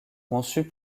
conçus